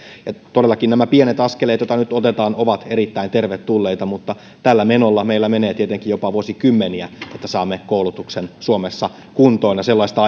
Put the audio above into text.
todellakin nämä pienet askeleet joita nyt otetaan ovat erittäin tervetulleita mutta tällä menolla meillä menee tietenkin jopa vuosikymmeniä että saamme koulutuksen suomessa kuntoon sellaista